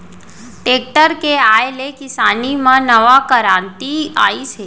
tractor के आए ले किसानी म नवा करांति आइस हे